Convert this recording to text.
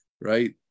right